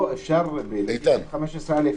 בסעיף 15(א)